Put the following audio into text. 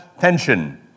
tension